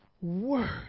word